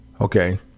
Okay